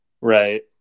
Right